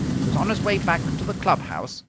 he was on his way back to the club-house,